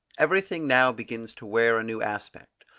everything now begins to wear a new aspect.